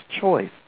choice